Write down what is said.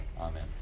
Amen